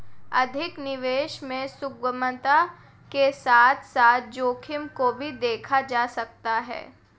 अधिक निवेश में सुगमता के साथ साथ जोखिम को भी देखा जा सकता है